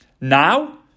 Now